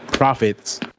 profits